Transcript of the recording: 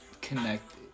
connected